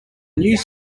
news